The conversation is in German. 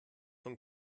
von